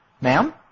ma'am